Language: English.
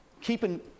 keeping